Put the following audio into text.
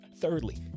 Thirdly